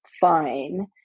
fine